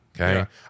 Okay